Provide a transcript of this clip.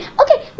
okay